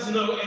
no